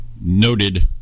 noted